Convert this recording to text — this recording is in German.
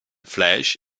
fleisch